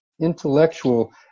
intellectual